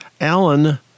Alan